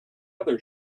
other